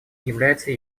является